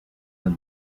del